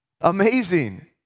Amazing